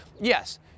Yes